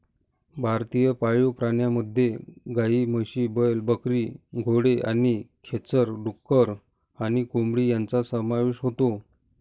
भारतीय पाळीव प्राण्यांमध्ये गायी, म्हशी, बैल, बकरी, घोडे आणि खेचर, डुक्कर आणि कोंबडी यांचा समावेश होतो